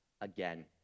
again